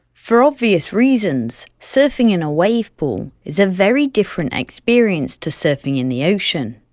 for obvious reasons, surfing in a wave pool is a very different experience to surfing in the ocean.